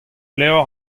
levr